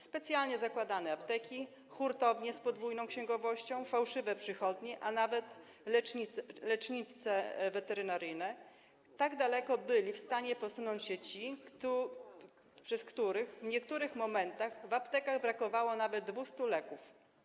Specjalnie zakładane apteki, hurtownie z podwójną księgowością, fałszywe przychodnie, a nawet lecznice weterynaryjne - tak daleko byli w stanie posunąć się ci, przez których w niektórych momentach w aptekach brakowało nawet 200 leków.